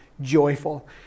joyful